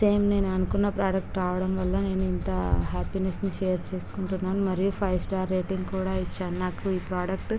same నేను అనుకున్న product రావడం వల్ల నేను ఇంత హ్యాప్పీనెస్ని షేర్ చేసుకుంటున్నాను మరియు ఫైవ్ స్టార్ రేటింగ్ కూడా ఇచ్చాను నాకు ఈ ప్రాడక్టు